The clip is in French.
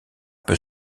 peut